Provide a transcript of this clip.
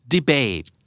Debate